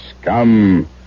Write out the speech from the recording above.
scum